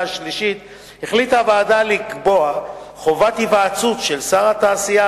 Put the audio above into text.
שלישית החליטה הוועדה לקבוע חובת היוועצות של שר התעשייה,